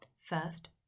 First